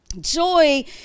Joy